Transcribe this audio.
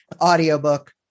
Audiobook